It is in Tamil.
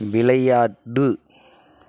விளையாடு